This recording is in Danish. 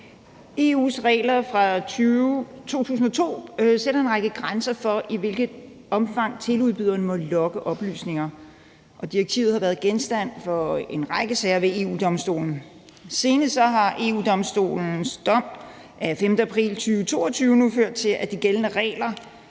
EU's regler fra 2002 sætter en række grænser for, i hvilket omfang teleudbyderne må logge oplysninger, og direktivet har været genstand for en række sager ved EU-Domstolen. Senest har EU-Domstolens dom af 5. april 2022 nu ført til, at de gældende regler